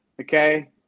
okay